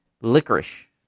licorice